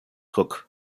hook